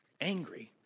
Angry